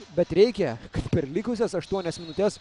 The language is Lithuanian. bet reikia kad per likusias aštuonias minutes